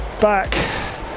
back